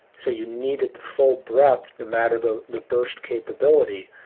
so you needed the full breadth no matter the the burst capability.